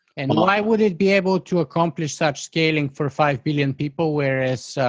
and, why would it be able to accomplish such scaling for five billion people whereas,